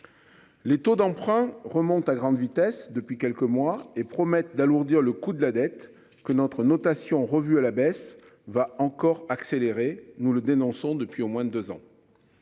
Les taux d'emprunt remonte à grande vitesse depuis quelques mois et promettent d'alourdir le coût de la dette que notre notation revue à la baisse va encore accélérer nous le dénonçons depuis au moins 2 ans.